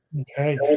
Okay